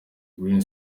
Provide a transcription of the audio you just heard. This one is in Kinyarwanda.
green